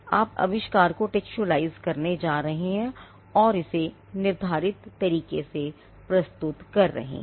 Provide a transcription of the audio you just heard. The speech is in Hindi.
आप आविष्कार को टेकस्टुअलाइज करने जा रहे हैं और इसे निर्धारित तरीके से प्रस्तुत कर रहे हैं